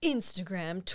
Instagram